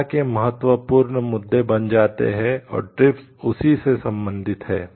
चर्चा के महत्वपूर्ण मुद्दे बन जाते हैं और ट्रिप्स उसी से संबंधित है